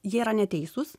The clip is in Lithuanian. jie yra neteisūs